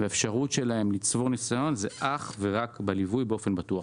האפשרות שלהם לצבור ניסיון היא אך ורק בליווי באופן בטוח.